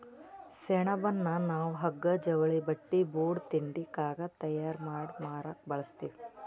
ಸೆಣಬನ್ನ ನಾವ್ ಹಗ್ಗಾ ಜವಳಿ ಬಟ್ಟಿ ಬೂಟ್ ತಿಂಡಿ ಕಾಗದ್ ತಯಾರ್ ಮಾಡಿ ಮಾರಕ್ ಬಳಸ್ತೀವಿ